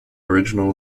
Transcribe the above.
original